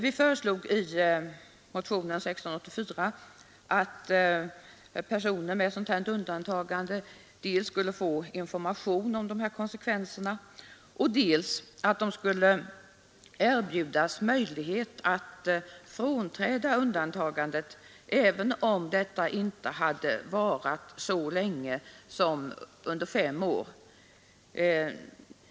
I motionen 1684 föreslår vi att personer med sådant undantagande dels skall få information om dessa konsekvenser, dels skall erbjudas möjlighet att frånträda undantagandet, även om detta inte har varat fem år.